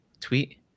tweet